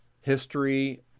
history